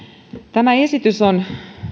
tämä esitys on